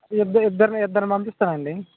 ఇద్దరిని ఇద్దరిని పంపిస్తాను అండి